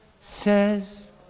says